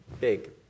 big